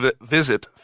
visit